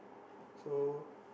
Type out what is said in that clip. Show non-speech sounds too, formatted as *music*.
*noise* so